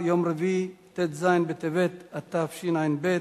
בעד, 7, אין מתנגדים,